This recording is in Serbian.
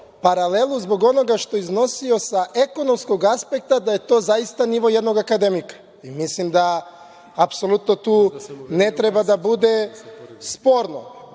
paralelu zbog onoga što je iznosio sa ekonomskog aspekta, da je to zaista nivo jednog akademika. Mislim da apsolutno tu ne treba da bude sporno.